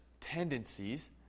tendencies